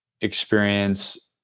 experience